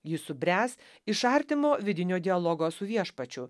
jis subręs iš artimo vidinio dialogo su viešpačiu